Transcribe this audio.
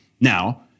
Now